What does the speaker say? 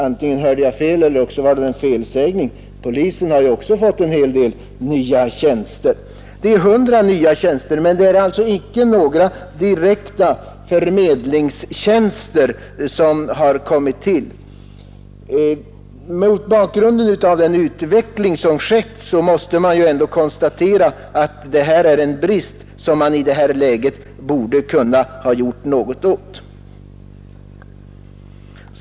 Antingen hörde jag inte rätt eller också var det en felsägning; polisen har ju också fått en del nya tjänster för att ta ett exempel. Det blir alltså 100 nya tjänster, men det är icke några direkta förmedlartjänster som kommer till. Mot bakgrunden av den utveckling som skett måste man ändå konstatera att detta är en brist som det i det här läget borde ha kunnat göras något åt.